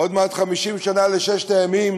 ועוד מעט 50 שנה לששת הימים,